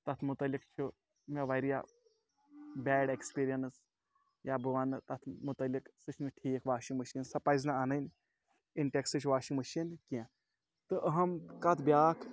تَتھ متعلق چھُ مےٚ واریاہ بیڑ اٮ۪کٕسپیٖرینٕس یا بہٕ وَنہٕ تَتھ متعلق سُہ چھِنہٕ ٹھیٖک واشِنٛگ مِشیٖن سۄ پَزِ نہٕ اَنٕںۍ اِنٹٮ۪کسٕچ واشِنٛگ مِشیٖن کینٛہہ تہٕ اہم کَتھ بیٛاکھ